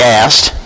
asked